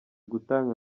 gutanga